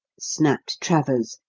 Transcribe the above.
snapped travers,